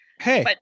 Hey